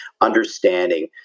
understanding